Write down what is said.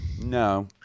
No